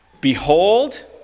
Behold